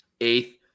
Eighth